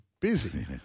busy